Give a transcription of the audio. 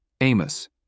Amos